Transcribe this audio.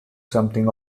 something